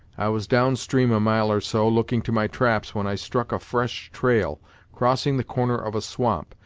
i was down stream a mile or so, looking to my traps, when i struck a fresh trail, crossing the corner of a swamp,